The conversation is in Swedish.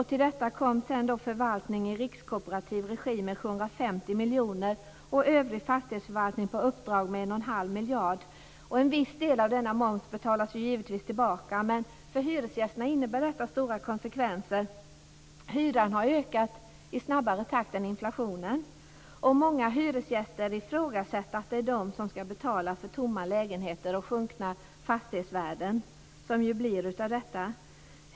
Till detta kom förvaltning i rikskooperativ regi med 750 miljoner och övrig fastighetsförvaltning på uppdrag med 1,5 miljarder. En viss del av denna moms betalas givetvis tillbaka, men detta innebär stora konsekvenser för hyresgästerna. Hyran har ökat i snabbare takt än inflationen. Många hyresgäster ifrågasätter att det är de som skall betala för tomma lägenheter och sjunkna fastighetsvärden, som blir följden av detta.